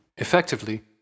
Effectively